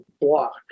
block